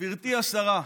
גברתי השרה,